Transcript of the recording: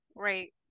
right